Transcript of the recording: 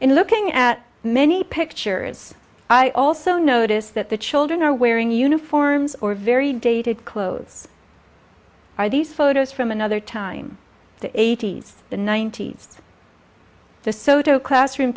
in looking at many pictures i also notice that the children are wearing uniforms or very dated clothes are these photos from another time the eighty's the ninety's the sotto classroom